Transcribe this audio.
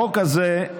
החוק הזה,